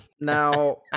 now